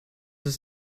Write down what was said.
ist